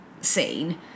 scene